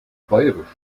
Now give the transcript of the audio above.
bairisch